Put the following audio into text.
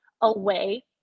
away